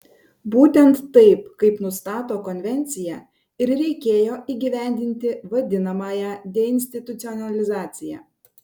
būtent taip kaip nustato konvencija ir reikėjo įgyvendinti vadinamąją deinstitucionalizaciją